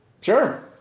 Sure